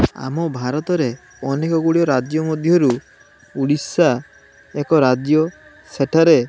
ଆମ ଭାରତରେ ଅନେକ ଗୁଡ଼ିଏ ରାଜ୍ୟ ମଧ୍ୟରୁ ଓଡ଼ିଶା ଏକ ରାଜ୍ୟ ସେଠାରେ